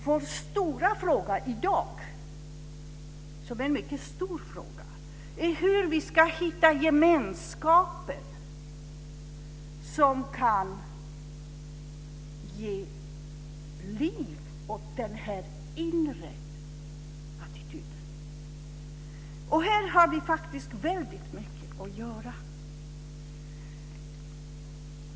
Vår stora fråga i dag, som är en mycket stor fråga, är hur vi ska hitta gemenskaper som kan ge liv åt den här inre attityden. Här har vi faktiskt väldigt mycket att göra.